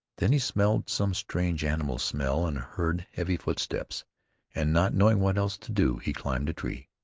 then he smelled some strange animal smell and heard heavy footsteps and not knowing what else to do, he climbed a tree.